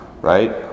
right